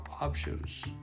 options